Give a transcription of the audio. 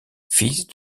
fils